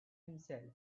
himself